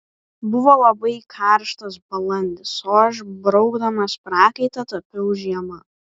buvo labai karštas balandis o aš braukdamas prakaitą tapiau žiemą